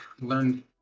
learned